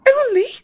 Only